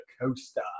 coaster